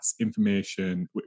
information